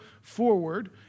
forward